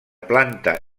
planta